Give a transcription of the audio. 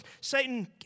Satan